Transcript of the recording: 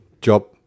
job